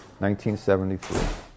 1973